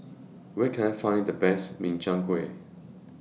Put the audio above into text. Where Can I Find The Best Makchang Gui